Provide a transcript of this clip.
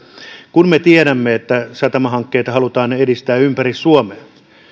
me tiedämme että satamahankkeita halutaan edistää ympäri suomea